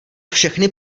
všechny